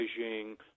Beijing